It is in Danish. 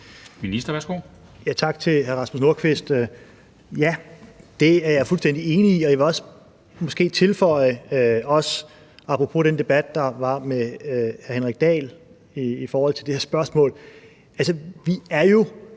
(Jeppe Kofod): Tak til hr. Rasmus Nordqvist. Ja, det er jeg fuldstændig enig i. Jeg vil måske også tilføje, apropos den debat, der var med hr. Henrik Dahl i forhold til det her spørgsmål, at vi jo,